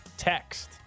Text